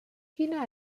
quina